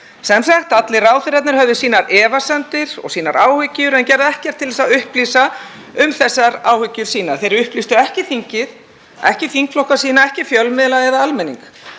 Sem sagt: Allir ráðherrarnir höfðu sínar efasemdir og sínar áhyggjur en gerðu ekkert til þess að upplýsa um þær áhyggjur sínar. Þeir upplýstu ekki þingið, ekki þingflokka sína, ekki fjölmiðla eða almenning.